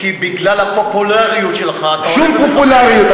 כי בגלל הפופולריות שלך, שום פופולריות.